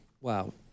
Wow